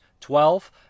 Twelve